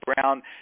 Brown